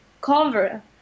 cover